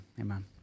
amen